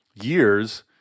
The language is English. years